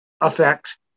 affect